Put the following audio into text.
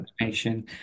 information